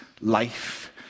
life